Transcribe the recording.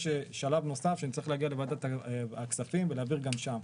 יש שלב נוסף שנצטרך להגיע לוועדת הכספים ולהעביר גם שם.